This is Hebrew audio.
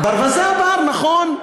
ברווזי הבר, נכון.